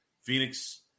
Phoenix